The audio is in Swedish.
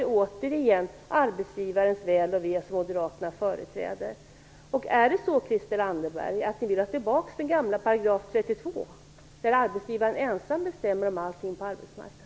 Det är återigen arbetsgivarens väl och ve som moderaterna företräder. Är det så, Christel Anderberg, att ni vill ha tillbaka den gamla §32, där arbetsgivaren ensam bestämmer om allting på arbetsmarknaden?